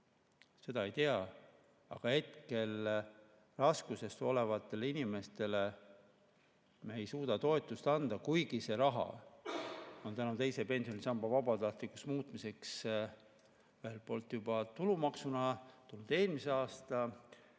seda ei tea. Aga hetkel raskustes olevatele inimestele ei suuda me toetust anda, kuigi see raha tänu teise pensionisamba vabatahtlikuks muutmisele ühelt poolt juba tulumaksuna tuli eelmise aasta